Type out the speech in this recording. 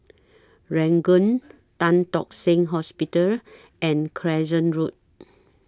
Ranggung Tan Tock Seng Hospital and Crescent Road